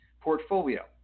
portfolio